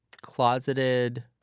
closeted